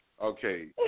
okay